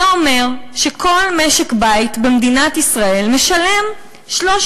זה אומר שכל משק-בית במדינת ישראל משלם 300